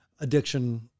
addiction